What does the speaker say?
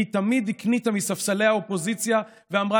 היא תמיד הקניטה מספסלי האופוזיציה ואמרה